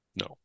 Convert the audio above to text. No